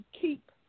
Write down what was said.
keep